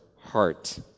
heart